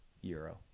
Euro